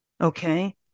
Okay